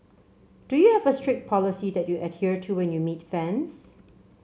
do you have a strict policy that you adhere to when you meet fans